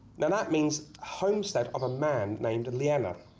then that means homestead of a man named in leana,